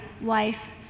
wife